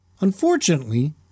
Unfortunately